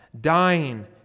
dying